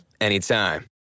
anytime